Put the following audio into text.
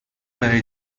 برای